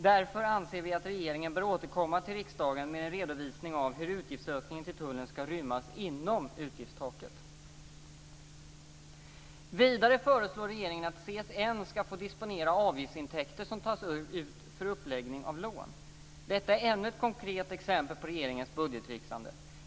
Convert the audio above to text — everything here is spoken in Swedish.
Därför anser vi att regeringen bör återkomma till riksdagen med en redovisning av hur utgiftsökningen för Tullen ska rymmas inom utgiftstaket. Vidare föreslår regeringen att CSN ska få disponera avgiftsintäkter som tas upp för uppläggning av lån. Detta är ännu ett konkret exempel på regeringens budgettricksande.